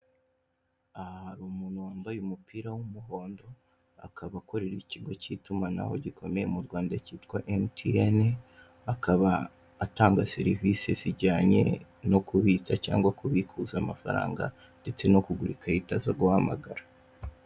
Aha hari umuntu wambaye umupira w'umuhondo akaba akarera ikigo k'itumanaho mu Rwanda kitwa emutiyeni, akaba atanga serivise zijyanye no kubitsa cyangwa kubikuza amafaranga ndetse no kugura ikarita zo guhamagara.